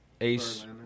ace